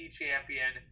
champion